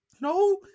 No